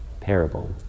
parable